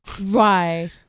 right